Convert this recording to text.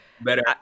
Better